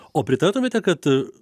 o pritartumėte kad